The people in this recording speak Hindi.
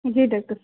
जी डक्टर